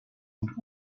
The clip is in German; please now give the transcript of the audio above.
und